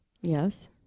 yes